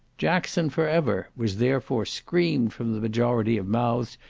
jackson for ever! was, therefore, screamed from the majority of mouths,